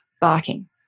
barking